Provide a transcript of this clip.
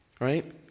right